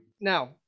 Now